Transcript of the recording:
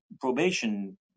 probation